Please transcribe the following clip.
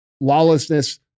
lawlessness